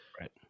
Right